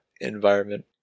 environment